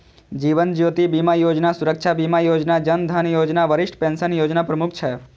जीवन Jyoti Bima Yojana, Suraksha Bima Yojana, Jan Dhan Yojana, Varishtha pension Yojana प्रमुख छै